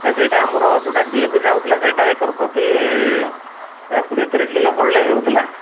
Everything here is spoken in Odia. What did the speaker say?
ନାଇଁ ସେଇଟା ଆମର ଯେଉଁଟା ଡି ଏ ପି ଯାଉଥିଲା ସେଇଟା ଏକର ପ୍ରତି କୋଡ଼ିଏ ତିରିଶ କିଲୋ ପଡ଼ିଲେ ହୋଉଥିଲେ